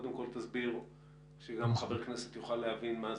קודם כל תסביר שגם חבר כנסת יוכל להבין מה זה.